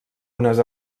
unes